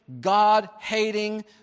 God-hating